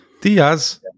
Diaz